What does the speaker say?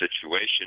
situation